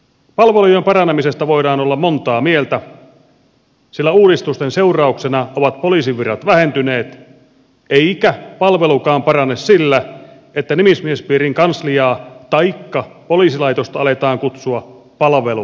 palvelujen paranemisesta voidaan olla montaa mieltä sillä uudistusten seurauksena ovat poliisin virat vähentyneet eikä palvelukaan parane sillä että nimismiespiirin kansliaa taikka poliisilaitosta aletaan kutsua palvelutoimistoksi